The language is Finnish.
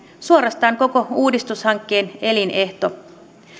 suorastaan koko uudistushankkeen elinehto